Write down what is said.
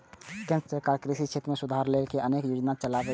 केंद्र सरकार कृषि क्षेत्र मे सुधार लेल अनेक योजना चलाबै छै